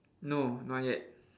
no not yet